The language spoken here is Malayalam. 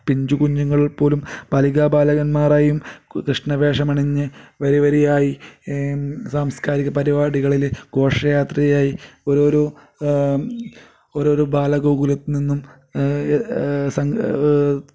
പിഞ്ചു കുഞ്ഞുങ്ങൾ പോലും ബാലിക ബാലകന്മാരായും കൃഷ്ണ വേഷമണിഞ്ഞ് വരിവരിയായി സാംസ്കാരിക പരിപാടികളിൽ ഘോഷയാത്രയായി ഓരോരോ ഓരോരോ ബാല ഗോകുലത്തിൽ നിന്നും സംഘ